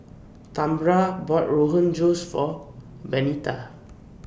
Tambra bought Rogan Josh For Benita